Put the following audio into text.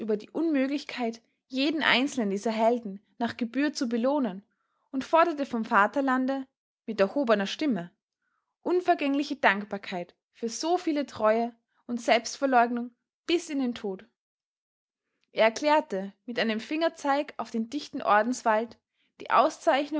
die unmöglichkeit jeden einzelnen dieser helden nach gebühr zu belohnen und forderte vom vaterlande mit erhobener stimme unvergängliche dankbarkeit für so viele treue und selbstverleugnung bis in den tod er erklärte mit einem fingerzeig auf den dichten ordenswald die